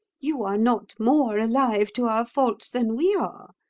you are not more alive to our faults than we are.